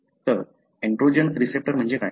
तर androgen receptor म्हणजे काय